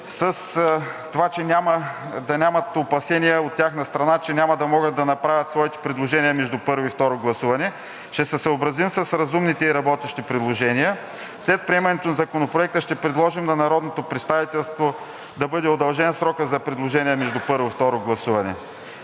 хора с това да нямат опасения от тяхна страна, че няма да могат да направят своите предложения между първо и второ гласуване. Ще се съобразим с разумните и работещите предложения. След приемането на Законопроекта ще предложим на народното представителство да бъде удължен срокът за предложения между първо и второ гласуване.